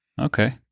Okay